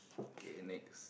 K next